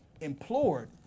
implored